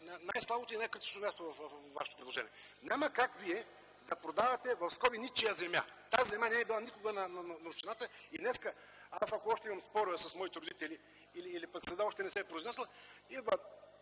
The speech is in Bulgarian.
най-слабото и най-критично място във Вашето предложение. Няма как Вие да продавате, в скоби, ничия земя. Тая земя не е била никога на общината! И днес, аз ако още имам спорове с моите родители или пък съдът още не се е произнесъл,